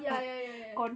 ya ya ya ya